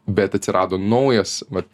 bet atsirado naujas vat